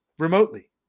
Remotely